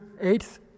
eighth